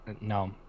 No